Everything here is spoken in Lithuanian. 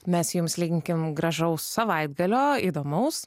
mes jums linkim gražaus savaitgalio įdomaus